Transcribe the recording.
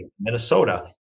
Minnesota